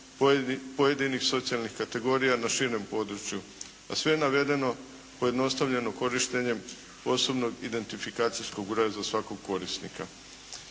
pojedinih socijalnih kategorija na širem području, a sve navedeno pojednostavljeno korištenjem osobnog identifikacijskog broja za svakog korisnika.